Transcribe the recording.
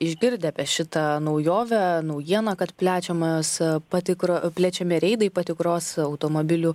išgirdę apie šitą naujovę naujieną kad plečiamas patikr plečiami reidai patikros automobilių